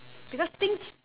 because things